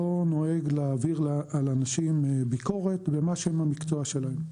אני לא נוהג להעביר ביקורת על אנשים ומה שם המקצוע שלהם.